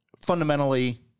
fundamentally